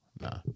Nah